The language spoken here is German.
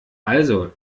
also